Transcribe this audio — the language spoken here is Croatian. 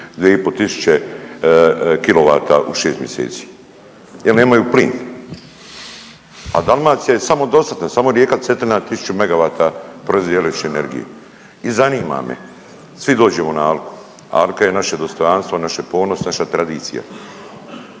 kilovata u 6 mjeseci jer nemaju plin. A Dalmacija je samodostatna, samo rijeka Cetina 1000 MW .../Govornik se ne razumije./... energije i zanima me, svi dođemo na Alku, Alka je naše dostojanstvo, naše ponos, naša tradicija,